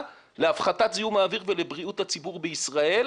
להפחתת זיהום האוויר ולבריאות הציבור בישראל.